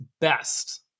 best